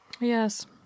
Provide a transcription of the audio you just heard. yes